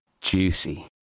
juicy